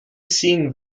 seeing